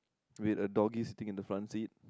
wait a doggy sitting in the front seat